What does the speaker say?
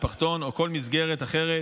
משפחתון או כל מסגרת אחרת,